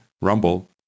Rumble